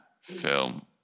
film